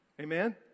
amen